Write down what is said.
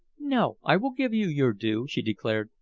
no. i will give you your due, she declared.